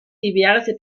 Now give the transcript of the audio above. diverse